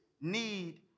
need